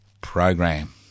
program